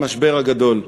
במשבר הגדול,